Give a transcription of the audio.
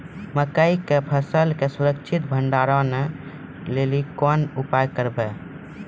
मकई के फसल के सुरक्षित भंडारण लेली कोंन उपाय करबै?